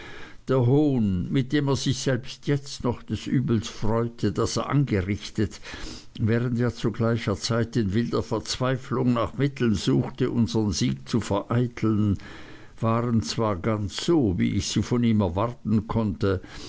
der hohn mit dem er sich selbst jetzt noch des übels freute das er angerichtet während er zu gleicher zeit in wilder verzweiflung nach mitteln suchte unsern sieg zu vereiteln waren zwar ganz so wie ich sie von ihm erwarten konnte